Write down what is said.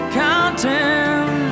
counting